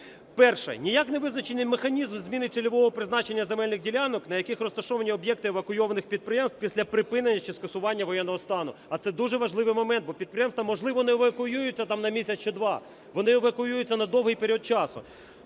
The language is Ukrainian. Перше. Ніяк не визначений механізм зміни цільового призначення земельних ділянок, на яких розташовані об'єкти евакуйованих підприємств після припинення чи скасування воєнного стану. А це дуже важливий момент, бо підприємства, можливо, не евакуюються там на місяць чи два, вони евакуюються на довгий період часу.